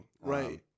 right